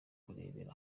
kurebera